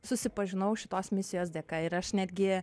susipažinau šitos misijos dėka ir aš netgi